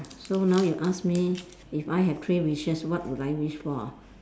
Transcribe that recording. so now you ask me if I have three wishes what would I wish for